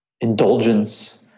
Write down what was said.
indulgence